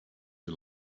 you